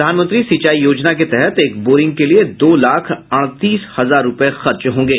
प्रधानमंत्री सिंचाई योजना के तहत एक बोरिंग के लिये दो लाख अड़तीस हजार रूपये खर्च होंगे